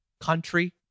country